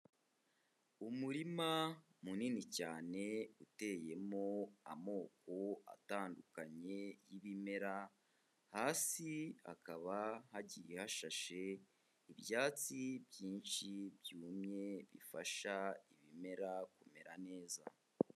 Umurima munini cyane uteyemo amoko atandukanye y'ibimera, hasi hakaba hagiye hashashe ibyatsi byinshi byumye bifasha ibimera kumera neza.